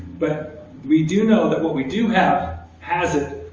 but we do know that what we do have has it.